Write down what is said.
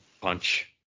Punch